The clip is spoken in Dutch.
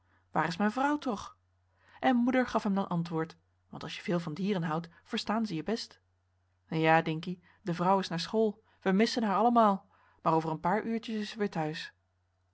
waar is mijn vrouw toch en moeder gaf hem dan antwoord want als je veel van dieren houdt verstaan ze je best ja dinkie de vrouw is naar school we missen haar allemaal maar over een paar uurtjes is ze weer thuis